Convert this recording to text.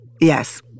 Yes